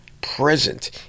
present